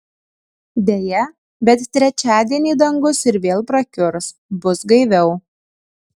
deja bet trečiadienį dangus ir vėl prakiurs bus gaiviau